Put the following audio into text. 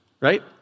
Right